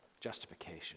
Justification